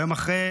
היום, אחרי